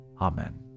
Amen